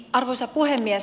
arvoisa puhemies